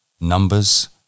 numbers